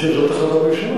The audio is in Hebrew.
בוודאי.